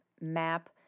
map